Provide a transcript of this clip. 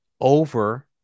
over